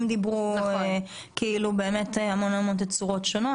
המון תצורות שונות.